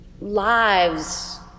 lives